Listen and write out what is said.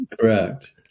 Correct